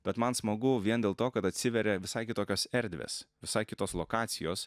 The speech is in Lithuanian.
bet man smagu vien dėl to kad atsiveria visai kitokios erdvės visai kitos lokacijos